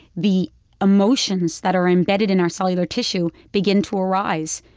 the emotions that are embedded in our cellular tissue begin to arise.